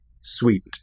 Sweet